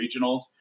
regionals